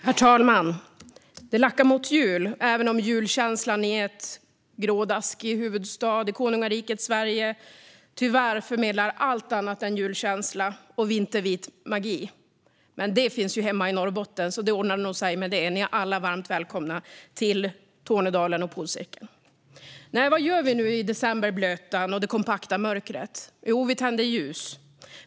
Herr talman! Det lackar mot jul, även om den grådaskiga huvudstaden i konungariket Sverige tyvärr förmedlar allt annat än julkänsla och vintervit magi. Men det finns ju hemma i Norrbotten, så det ordnar sig nog med det - ni är alla varmt välkomna till Tornedalen och polcirkeln. Vad gör vi nu i decemberblötan och det kompakta mörkret? Jo, vi tänder ljus.